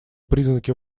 признаки